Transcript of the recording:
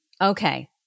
Okay